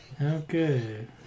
Okay